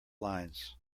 lines